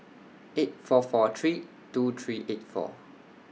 eight four four three two three eight four